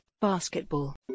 Basketball